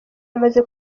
yamaze